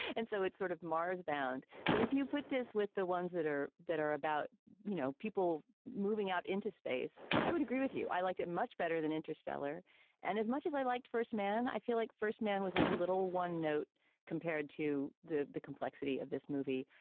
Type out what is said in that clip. and so it's sort of mars bound but if you put this with the ones that are that are about you know people moving out into space. i would agree with you i liked it much better than interstellar and as much as i liked first man i feel like first man was a little one note compared to the the complexity of this movie.